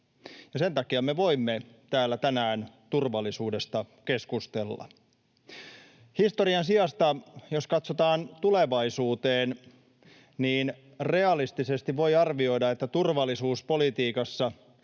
Sen takia me voimme täällä tänään turvallisuudesta keskustella. Jos historian sijasta katsotaan tulevaisuuteen, niin realistisesti voi arvioida, että turvallisuuspolitiikassa